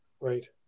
right